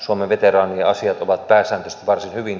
suomen veteraanien asiat ovat pääsääntöisesti varsin hyvin